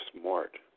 smart